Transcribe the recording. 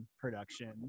production